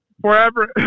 Forever